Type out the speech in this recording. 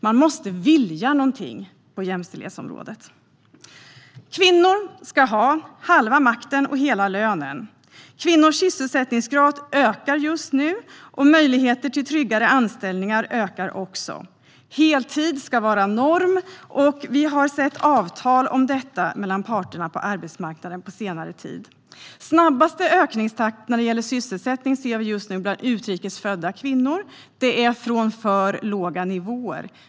Man måste vilja någonting på jämställdhetsområdet. Kvinnor ska ha halva makten och hela lönen. Kvinnors sysselsättningsgrad ökar just nu, och möjligheterna till tryggare anställningar ökar också. Heltid ska vara norm, och vi har på senare tid sett avtal om detta mellan parterna på arbetsmarknaden. Den snabbaste ökningstakten när det gäller sysselsättning ser vi just nu bland utrikes födda kvinnor, men det är från för låga nivåer.